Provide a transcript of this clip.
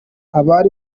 abari